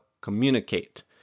communicate